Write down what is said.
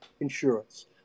insurance